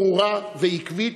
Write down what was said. ברורה ועקבית,